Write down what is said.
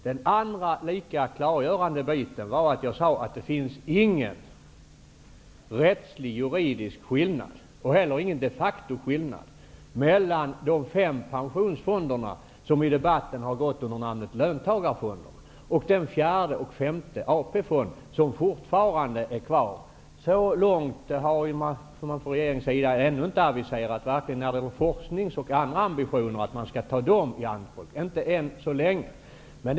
I en annan lika klargörande bit sade jag att det inte finns någon juridisk eller de facto-skillnad mellan de fem pensionsfonderna som i debatten har gått under namnet löntagarfonderna och den fjärde och femte AP-fonden som fortfarande är kvar. Så långt har man från regeringssidan ännu inte aviserat att man skall ta dem i anspråk, varken när det gäller forskning eller andra ambitioner.